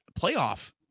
playoff